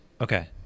Okay